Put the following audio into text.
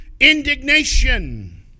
Indignation